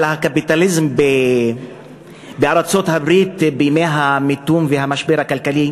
על הקפיטליזם בארצות-הברית בימי המיתון והמשבר הכלכלי,